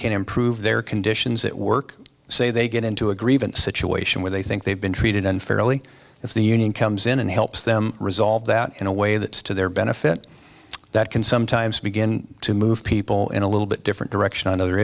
can improve their conditions at work say they get into a grievance situation where they think they've been treated unfairly if the union comes in and helps them resolve that in a way that's to their benefit that can sometimes begin to move people in a little bit different direction on other